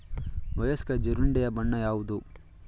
ವಯಸ್ಕ ಜೀರುಂಡೆಯ ಬಣ್ಣ ಯಾವುದು?